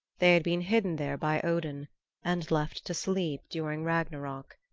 they had been hidden there by odin and left to sleep during ragnarok,